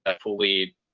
fully